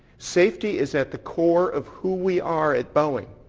safety is at the core of who we are at boeing.